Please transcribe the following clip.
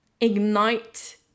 ignite